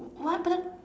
what but that